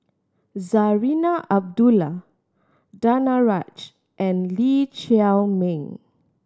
Zarinah Abdullah Danaraj and Lee Chiaw Meng